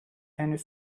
henüz